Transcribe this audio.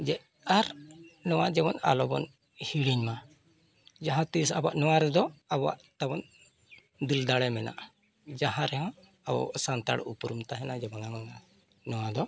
ᱡᱮ ᱟᱨ ᱱᱚᱣᱟ ᱡᱮᱢᱚᱱ ᱟᱞᱚᱵᱚᱱ ᱦᱤᱲᱤᱧᱢᱟ ᱡᱟᱦᱟᱸᱛᱤᱥ ᱟᱵᱚᱣᱟᱜ ᱱᱚᱣᱟ ᱨᱮᱫᱚ ᱟᱵᱚᱣᱟᱜ ᱛᱟᱵᱚᱱ ᱫᱤᱞ ᱫᱟᱲᱮ ᱢᱮᱱᱟᱜᱼᱟ ᱡᱟᱦᱟᱸ ᱨᱮᱦᱚᱸ ᱟᱵᱚ ᱥᱟᱱᱛᱟᱲ ᱩᱯᱨᱩᱢ ᱛᱟᱦᱮᱱᱟ ᱡᱮ ᱵᱟᱝᱟ ᱵᱟᱝᱟ ᱱᱚᱣᱟᱫᱚ